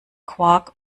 quark